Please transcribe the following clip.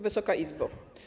Wysoka Izbo!